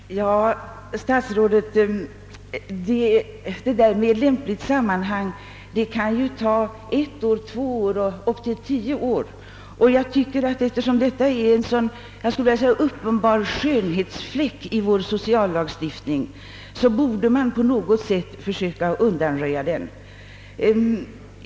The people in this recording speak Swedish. Herr talman! Om vi skall vänta på att frågan tages upp »i lämpligt sammanhang» kan det dröja ett år, två år eller kanske upp till tio år innan den behandlas. Eftersom nu gällande bestämmelse är en uppenbar skönhetsfläck i vår sociallagstiftning borde man snarast försöka utplåna den.